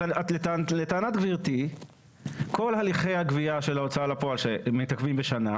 אז לטענת גברתי כל הליכי הגבייה של ההוצאה לפועל שמתעכבים בשנה,